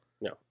No